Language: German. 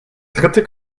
dritte